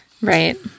Right